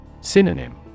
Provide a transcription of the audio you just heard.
Synonym